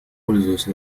пользуясь